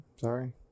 Sorry